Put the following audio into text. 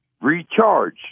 recharge